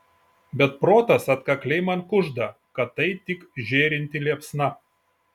bet protas atkakliai man kužda kad tai tik žėrinti liepsna